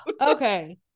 Okay